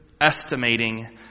estimating